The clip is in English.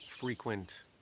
frequent